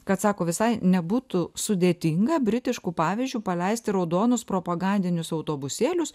kad sako visai nebūtų sudėtinga britišku pavyzdžiu paleisti raudonus propagandinius autobusėlius